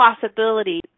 possibility